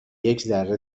یکذره